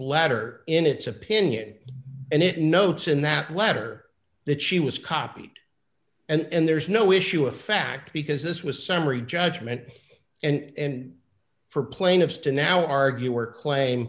letter in its opinion and it notes in that letter that she was copied and there's no issue of fact because this was summary judgment and for plaintiffs to now argue or claim